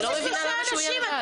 איזה שלושה אנשים?